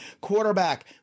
Quarterback